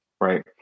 right